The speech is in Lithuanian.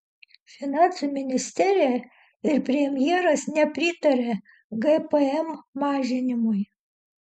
finansų ministerija ir premjeras nepritaria gpm mažinimui